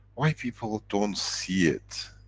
why people don't see it?